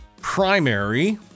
primary